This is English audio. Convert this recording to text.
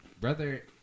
brother